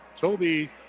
Toby